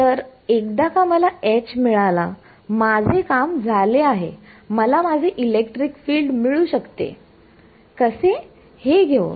तर एकदा का मला H मिळाला माझे काम झाले आहे मला माझे इलेक्ट्रिक फील्ड मिळू शकते कसे हे घेऊन